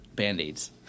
Band-Aids